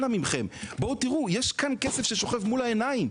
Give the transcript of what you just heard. אנא מכם יש כאן כסף ששוכב מול העיניים,